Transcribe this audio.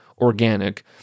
organic